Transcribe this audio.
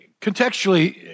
contextually